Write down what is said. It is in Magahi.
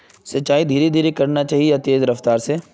सिंचाई धीरे धीरे करना चही या तेज रफ्तार से?